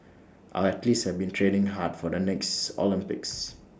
our athletes have been training hard for the next Olympics